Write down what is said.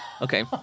Okay